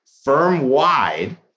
firm-wide